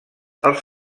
els